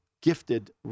gifted